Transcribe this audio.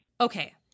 Okay